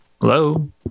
hello